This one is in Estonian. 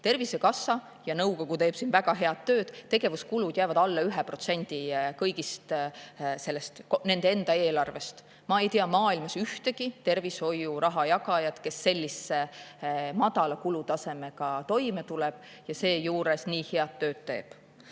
Tervisekassa ja nõukogu teevad siin väga head tööd, tegevuskulud jäävad alla 1% kõigest sellest, nende enda eelarvest. Ma ei tea maailmas ühtegi tervishoiuraha jagajat, kes sellise madala kulutasemega toime tuleb ja seejuures nii head tööd teeb.